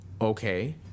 Okay